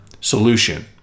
solution